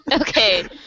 Okay